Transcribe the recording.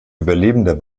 überlebender